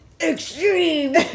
Extreme